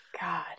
God